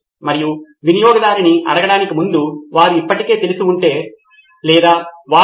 కాబట్టి ఆ ఎడిటింగ్ భాగములు ఎడిటింగ్ భాగము సమీక్షించే భాగము అని అనుకుంటున్నాను